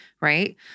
right